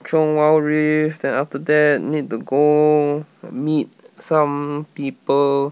chiong wild rift than after that need to go meet some people